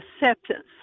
acceptance